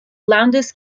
lowndes